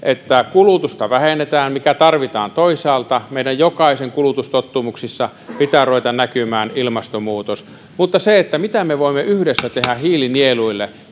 kulutusta vähennetään mitä tarvitaan toisaalta meidän jokaisen kulutustottumuksissa pitää ruveta näkymään ilmastonmuutos mutta siitä mitä me voimme yhdessä tehdä hiilinieluille